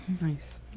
Nice